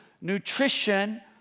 nutrition